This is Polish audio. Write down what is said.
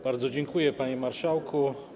Bardzo dziękuję, panie marszałku.